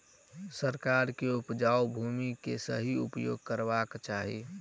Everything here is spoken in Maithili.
सरकार के उपजाऊ भूमि के सही उपयोग करवाक चाही